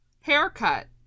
haircut